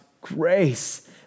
grace